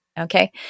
okay